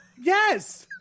yes